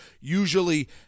usually